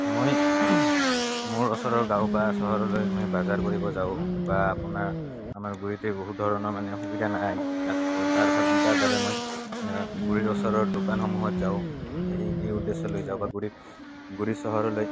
মই মোৰ ওচৰৰ গাঁও বা ওচৰৰে মানে বজাৰ কৰিব যাওঁ বা আপোনাৰ আমাৰ গুড়িতে বহুত ধৰণৰ মানে সুবিধা নাই তাৰবাবে মই গুড়িৰ ওচৰৰ দোকানসমূহত যাওঁ এই এই উদ্দেশ্য লৈ যাওঁ বা গুড়িত গুড়ি চহৰলৈ